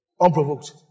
unprovoked